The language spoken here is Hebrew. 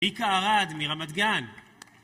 מיקה ארד מרמת גן